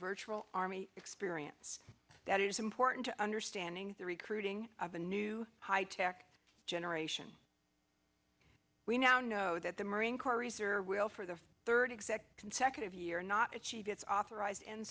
virtual army experience that is important to understanding the recruiting of a new high tech generation we now know that the marine corps reserve will for the third exact consecutive year not achieve its authorized